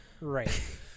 right